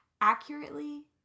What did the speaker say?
accurately